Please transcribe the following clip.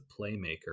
playmaker